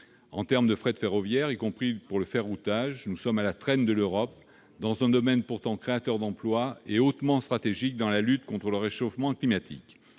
En termes de fret ferroviaire, y compris pour le ferroutage, nous sommes à la traîne de l'Europe. Il s'agit pourtant d'un domaine créateur d'emplois et hautement stratégique dans la lutte contre le réchauffement climatique.